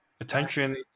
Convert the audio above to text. attention